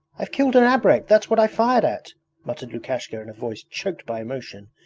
i've killed an abrek, that's what i fired at muttered lukashka in a voice choked by emotion,